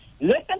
Listen